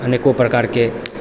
अनेको प्रकारके